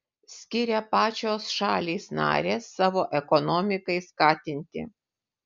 skiria pačios šalys narės savo ekonomikai skatinti